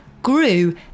grew